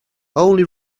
only